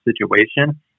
situation